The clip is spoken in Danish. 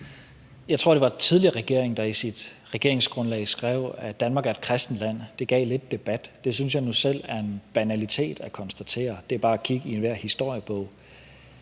Jeg tror, det var den tidligere regering, der i sit regeringsgrundlag skrev, at Danmark er et kristent land. Det gav lidt debat, men jeg syntes nu selv, at det er en banalitet at konstatere. Det er bare at kigge i enhver historiebog.